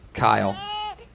Kyle